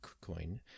coin